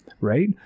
Right